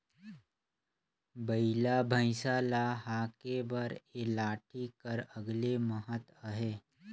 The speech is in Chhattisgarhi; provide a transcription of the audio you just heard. बइला भइसा ल हाके बर ए लाठी कर अलगे महत अहे